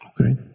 Okay